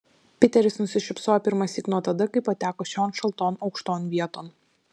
piteris nusišypsojo pirmąsyk nuo tada kai pateko šion šalton aukšton vieton